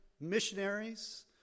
missionaries